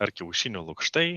ar kiaušinių lukštai